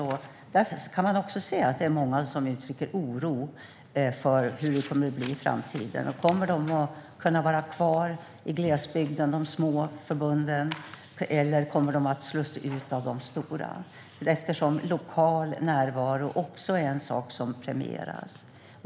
Man kan se att många uttrycker oro för hur det kommer att bli i framtiden. Kommer de små förbunden att kunna vara kvar i glesbygden, eller kommer de att slås ut av de stora? Lokal närvaro är nämligen också en sak som premieras.